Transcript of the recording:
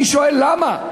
אני שואל: למה,